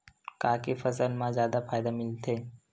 का के फसल मा जादा फ़ायदा मिलथे?